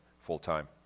full-time